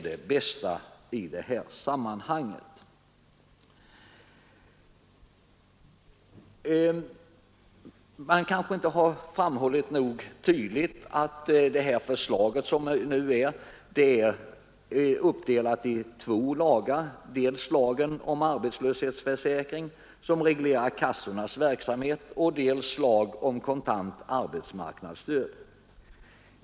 Man kanske inte tillräckligt tydligt har framhållit att det förslag som nu finns är uppdelat i två lagar. Det är dels lagen om arbetslöshetsförsäkring, som reglerar kassornas verksamhet, dels lagen om kontant arbetsmarknadsstöd.